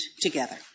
together